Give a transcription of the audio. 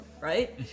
Right